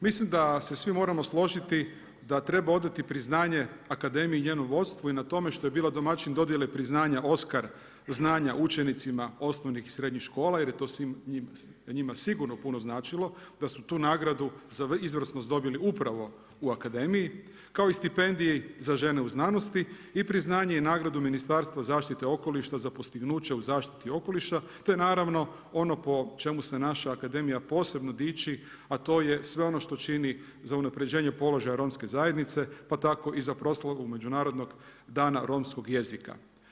Mislim da se svi moramo složiti da treba odati priznanje akademiji i njenom vodstvu i na tome što je bila domaćin dodjele priznanja Oskar znanja učenicima osnovnih i srednjih škola jer je to svima njima sigurno puno značilo, da su tu nagradu za izvrsnost dobili upravo u Akademiji kao i stipendiji za žene u znanosti i priznanje i nagradu Ministarstva zaštite okoliša za postignuće u zaštiti okoliša te naravno ono po čemu se naša akademija posebno dići a to je sve ono što čini za unapređenje položaja Romske zajednica pa tako i za proslavu međunarodnog dana romskog jezika.